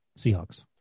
Seahawks